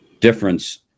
difference